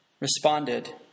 responded